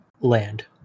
land